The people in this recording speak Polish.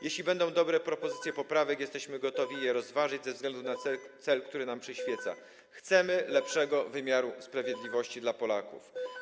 Jeśli będą dobre propozycje poprawek, jesteśmy gotowi je rozważyć ze względu na cel, który nam przyświeca: chcemy lepszego wymiaru sprawiedliwości dla Polaków.